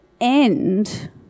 end